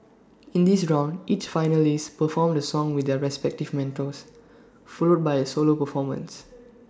in this round each finalist performed the song with their respective mentors followed by A solo performance